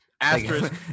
Asterisk